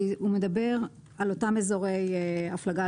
כי הוא מדבר על אותם אזורי הפלגה,